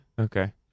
Okay